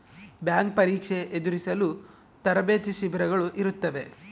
bank ಪರೀಕ್ಷೆ ಎದುರಿಸಲು ತರಬೇತಿ ಶಿಬಿರಗಳು ಇರುತ್ತವೆ